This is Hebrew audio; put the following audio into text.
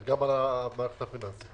גם על המערכת הפיננסית.